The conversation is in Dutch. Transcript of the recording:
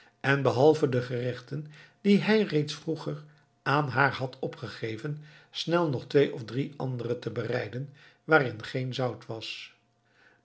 en behalve de gerechten die hij reeds vroeger aan haar had opgegeven snel nog twee of drie andere te bereiden waarin geen zout was